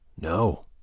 No